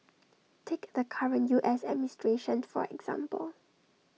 take the current U S administration for example